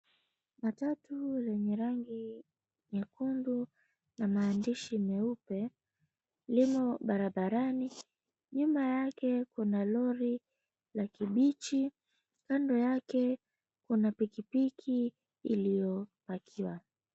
Matatu yenye rangi nyekundu na maandishi meupe limo barabarani. Nyuma yake kuna lori la kibichi. Kando yake kuna pikipiki iliyopakiwa.